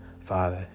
Father